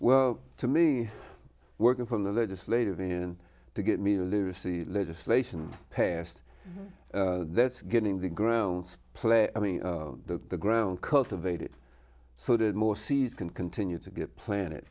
well to me working from the legislative ian to get me to literacy legislation passed that's getting the grounds play i mean look the ground cultivated so did more sees can continue to get planet